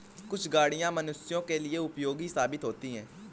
कुछ गाड़ियां मनुष्यों के लिए उपयोगी साबित होती हैं